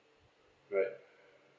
right